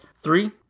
three